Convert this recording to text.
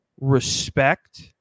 respect